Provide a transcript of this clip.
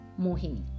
Mohini